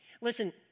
Listen